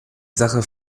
sache